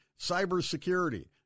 cybersecurity